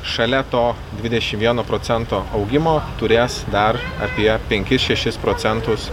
šalia to dvidešim vieno procento augimo turės dar apie penkis šešis procentus